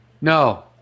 no